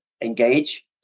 engage